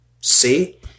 see